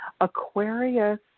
Aquarius